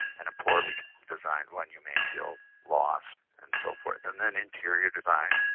and a poorly designed one, you may feel lost and so forth. and then interior design,